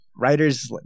writers